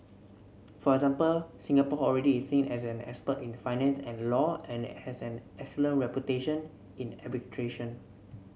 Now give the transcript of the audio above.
for example Singapore already is seen as an expert in finance and law and has an excellent reputation in arbitration